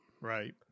Right